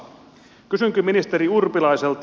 kysynkin ministeri urpilaiselta